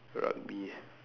rugby